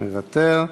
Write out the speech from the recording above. מוותר.